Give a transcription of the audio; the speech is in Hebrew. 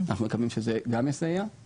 אנחנו מקווים שזה גם יסייע.